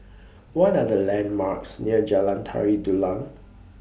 What Are The landmarks near Jalan Tari Dulang